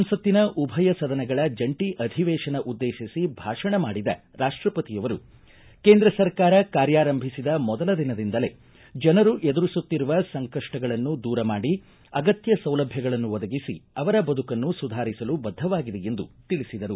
ಸಂಸತ್ತಿನ ಉಭಯ ಸದನಗಳ ಜಂಟ ಅಧಿವೇಶನ ಉದ್ದೇಶಿಸಿ ಭಾಷಣ ಮಾಡಿದ ರಾಷ್ಟಪತಿಯವರು ಕೇಂದ್ರ ಸರ್ಕಾರ ಕಾರ್ಯಾರಂಭಿಸಿದ ಮೊದಲ ದಿನದಿಂದಲೇ ಜನರು ಎದುರಿಸುತ್ತಿರುವ ಸಂಕಪ್ಪಗಳನ್ನು ದೂರ ಮಾಡಿ ಅಗತ್ತ ಸೌಲಭ್ಧಗಳನ್ನು ಒದಗಿಸಿ ಅವರ ಬದುಕನ್ನು ಸುಧಾರಿಸಲು ಬದ್ದವಾಗಿದೆ ಎಂದು ತಿಳಿಸಿದರು